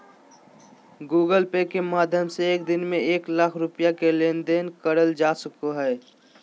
Google pay के माध्यम से एक दिन में एक लाख रुपया के लेन देन करल जा सको हय